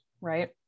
right